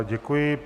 Děkuji.